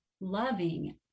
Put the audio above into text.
loving